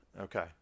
Okay